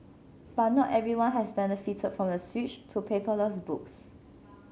but not everyone has benefited from the switch to paperless books